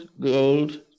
gold